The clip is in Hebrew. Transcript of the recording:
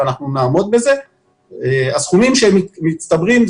הסכומים שמצטברים,